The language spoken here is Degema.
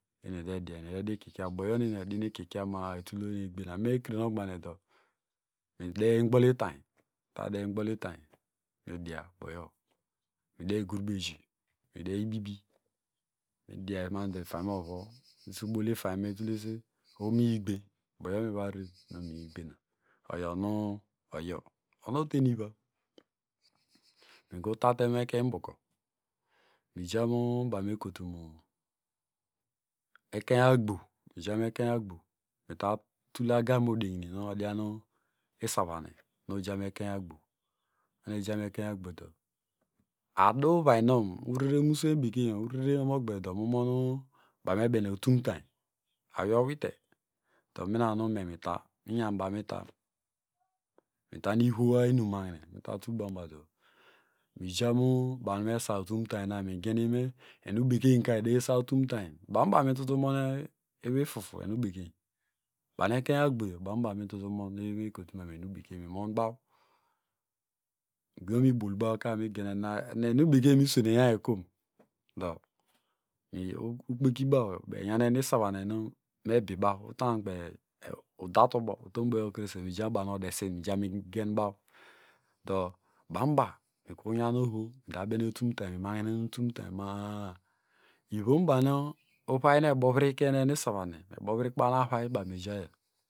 boyonueniedirukikya uboyomeneniedin ikikya ma- a otulu ohonu enievaigbena me ekre nogbaginedo mideingbolitary mitadengbolitanying media boyo mide igrube ji mide ibibi idia mado ifaymeovuo isibolifayn me otulese ohomiyigbe boyomivareren oyonu oyo onoteniva mikritatemekeny imboko miyamu ekenymekotumu ekeny gbo mitatul agame odegineyenu odian isavahine mojanu ekeny agbo mejame ekenyagbo do aduvayno ureren mu uswenyn bekenye ureren omogberdo mumonu banumebene utuntary awoyeowite do minanu memita miyanbonita mitan ivowa inumanhine ta tulbanubado mijamu bornu mesa utuntanyna megene enusekeny ka edey sautuntany bornubo mitutumon ewey fufu enubekeny barnuekeny agbo banuba nu mitutumon ewey me kotu mu enubekeny mimonbaw migidiokunu mebolbawka megena ena enubekuny numeswenenya yokom? Do ukpekinaw baw enyan enisavahine numebibaw utankpey udalubo utombo yekre mijan barnu odesin mijamigenbaw do banba mikrunyan oho midata bene utuntany imahinen utunutany ma- a ivombarnu uvay nuebovriken enisavahine uvaynu barmiejayo